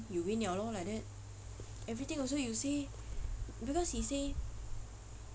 then he win liao lor like that everything also you say because he say